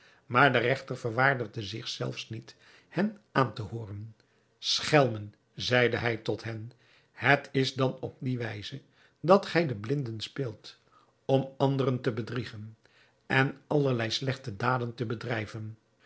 maar de regter verwaardigde zich zelfs niet hen aan te hooren schelmen zeide hij tot hen het is dan op die wijze dat gij de blinden speelt om anderen te bedriegen en allerlei slechte daden te bedrijven